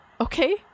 okay